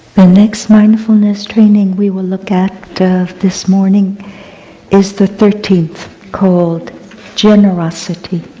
the next mindfulness training we will look at this morning is the thirteenth, called generosity.